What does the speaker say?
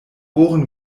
ohren